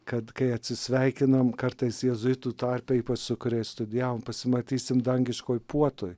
kad kai atsisveikinam kartais jėzuitų tarpe ypač su kuriais studijavom pasimatysim dangiškoj puotoj